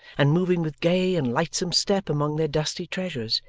and moving with gay and lightsome step among their dusty treasures,